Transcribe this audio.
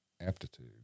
aptitude